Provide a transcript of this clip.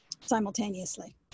simultaneously